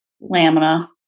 lamina